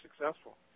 successful